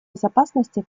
безопасности